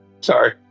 sorry